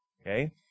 okay